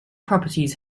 properties